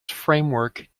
framework